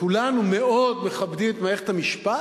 וכולנו מאוד מכבדים את מערכת המשפט,